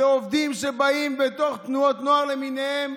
זה עובדים שבאים בתוך תנועות נוער למיניהן,